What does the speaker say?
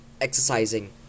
exercising